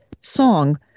song